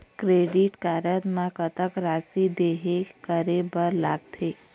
Credit card म कतक राशि देहे करे बर लगथे?